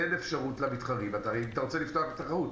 תן אפשרות למתחרים אם אתה רוצה לפתוח לתחרות.